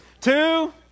two